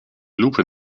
lupe